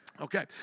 Okay